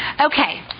Okay